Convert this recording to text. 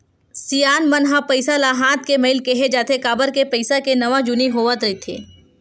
सियान मन ह पइसा ल हाथ के मइल केहें जाथे, काबर के पइसा के नवा जुनी होवत रहिथे